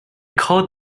called